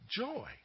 joy